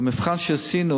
במבחן שעשינו